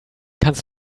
kannst